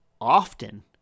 often